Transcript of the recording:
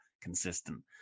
consistent